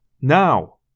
Now